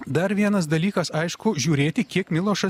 dar vienas dalykas aišku žiūrėti kiek milošas